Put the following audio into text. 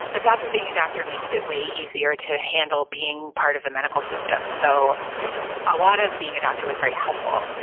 the fact of being a doctor makes it way easier to handle being part of the medical system, so a lot of being a doctor was very helpful,